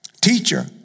Teacher